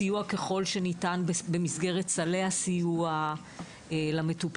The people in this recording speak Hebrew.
סיוע ככל שניתן במסגרת סלי הסיוע למטופלים.